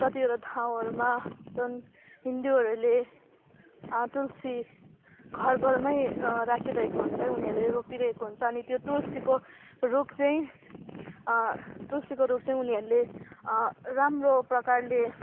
कतिवटा ठाउँहरूमा जुन हिन्दूहरूले तुलसी घर घरमै राखिरहेको हुन्छ उनीहरूले रोपिरहेको हुन्छ अनि त्यो तुलसीको रुख चाहिँ तुलसीको रूख चाहिँ उनीहरूले राम्रो प्रकारले